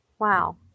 Wow